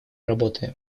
работаем